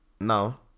now